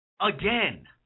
again